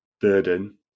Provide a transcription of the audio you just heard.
burden